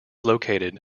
located